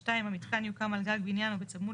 (2) המתקן יוקם על גג בנין או בצמוד